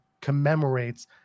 commemorates